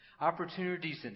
Opportunities